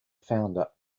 founder